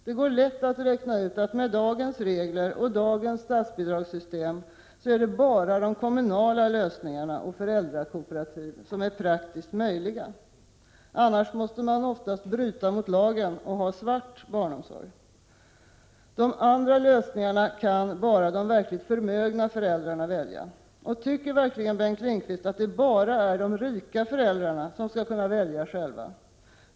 Det går lätt att räkna ut att det med dagens regler och dagens statsbidragssystem bara är kommunala lösningar och föräldrakooperativ som är praktiskt möjliga. Annars måste man oftast bryta mot lagen och ha svart barnomsorg. De andra lösningarna kan bara de verkligt förmögna föräldrarna välja. Tycker verkligen Bengt Lindqvist att det bara är de rika föräldrarna som skall kunna välja själva?